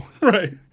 Right